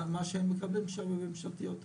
מה שהם מקבלים שם בממשלתיות,